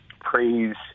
praise